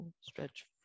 Stretch